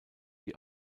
die